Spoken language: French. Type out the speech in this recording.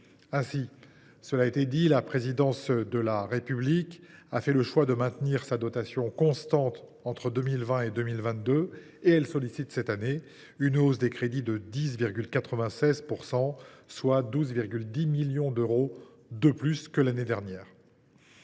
année. Par exemple, la présidence de la République, qui a fait le choix de maintenir sa dotation constante entre 2020 et 2022, sollicite cette année une hausse de ses crédits de 10,96 %, soit 12,10 millions d’euros de plus que l’année dernière.